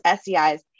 SEIs